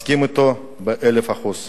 מסכים אתו במיליון אחוז.